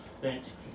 thanks